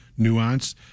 nuance